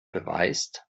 beweist